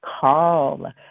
Call